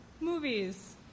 Movies